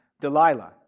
Delilah